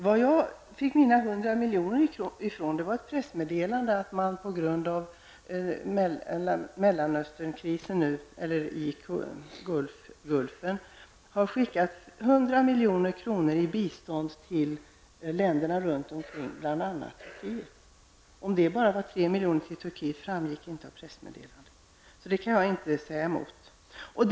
Min uppgift om 100 miljoner fick jag från ett pressmeddelande om att man på grund av Gulfkrisen har skickat 100 miljoner i bistånd till länderna runt omkring, bl.a. Turkiet. Att det bara var 3 miljoner till Turkiet framgick inte av pressmeddelandet. Där angavs ingen siffra för Turkiet, så den uppgiften kan jag inte motsäga.